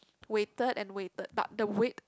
waited and waited but the wait